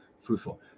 fruitful